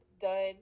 done